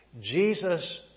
Jesus